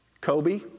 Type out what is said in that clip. Kobe